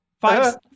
Five